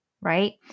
right